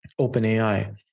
OpenAI